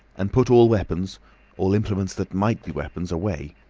and put all weapons all implements that might be weapons, away.